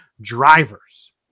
drivers